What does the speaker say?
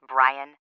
Brian